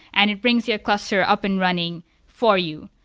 and it brings your cluster up and running for you.